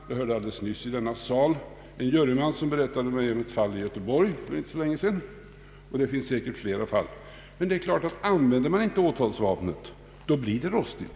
Jag hörde nyss en juryman som berättade för mig om ett fall i Göteborg för inte så länge sedan, och det finns säkert flera. Men använder man inte åtalsvapnet är det klart att det blir rostigt.